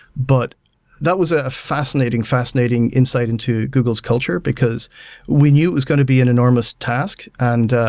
but that was a fascinating, fascinating insight into google's culture because we knew it was going to be an enormous task. and